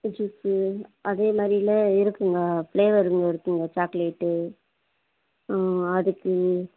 ஆ juice அதே மாதிரில இருக்குதுங்க ஃப்ளேவருங்க இருக்குதுங்க சாக்லேட்டு ஆ அதுக்கு